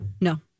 No